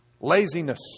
laziness